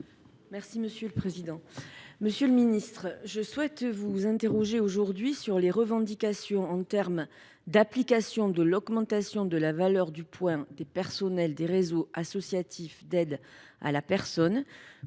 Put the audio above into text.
des solidarités. Monsieur le ministre, je souhaite vous interroger aujourd’hui sur les revendications relatives à l’application de l’augmentation de la valeur du point des personnels des réseaux associatifs d’aide à la personne